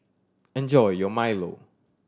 enjoy your milo